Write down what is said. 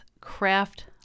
Craft